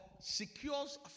secures